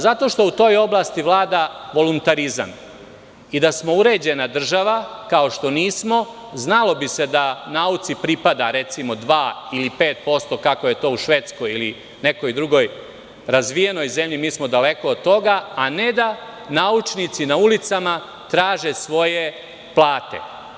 Zato što to u toj oblasti vlada voluntarizam i da smo uređena država kao što nismo znalo bi se da nauci pripada, recimo, dva ili pet posto kao što je to u Švedskoj ili nekoj drugoj razvijenoj zemlji mi smo daleko od toga, a ne da naučnici na ulicama traže svoje plate.